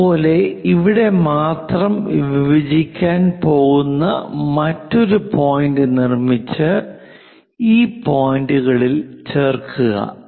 അതുപോലെ ഇവിടെ മാത്രം വിഭജിക്കാൻ പോകുന്ന മറ്റൊരു പോയിന്റ് നിർമ്മിച്ച് ഈ പോയിന്റുകളിൽ ചേർക്കുക